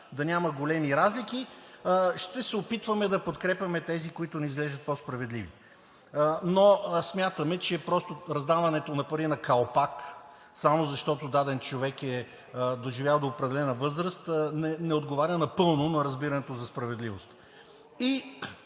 да няма големи разлики, ще се опитваме да подкрепяме тези, които ни изглеждат по-справедливи. Но смятаме, че просто раздаването на пари на калпак само защото даден човек е доживял до определена възраст, не отговаря напълно на разбирането за справедливост.